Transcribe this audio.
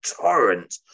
torrent